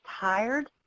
tired